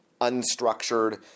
unstructured